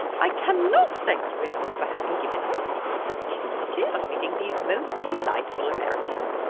i cannot thank you enough for having given us the opportunity of meeting these most delightful americans,